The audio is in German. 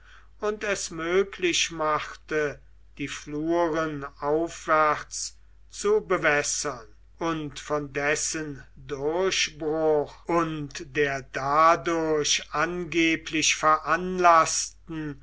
und es möglich machte die fluren aufwärts zu bewässern und von dessen durchbruch und der dadurch angeblich veranlaßten